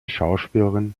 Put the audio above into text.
schauspielerin